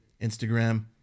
Instagram